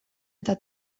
eta